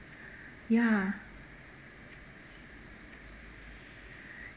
ya